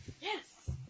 Yes